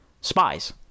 spies